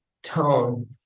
tone